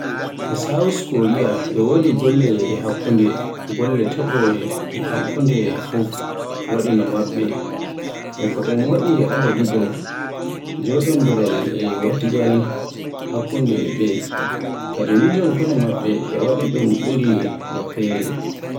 E leydi South Korea e wodi Golle e Hakkunde. Golle taɓoore e hakkunde fuu waɗi no maɓɓe e South Korea. Ko ɗum waɗi aada ɗiɗo, jooɗondiral e waɗtingal hakkunde e ɓe, kadi to miijum kono maɓɓe no waɗi ɗum ɓuri no feere.